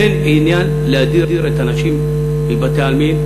אין עניין להדיר את הנשים מבתי-העלמין.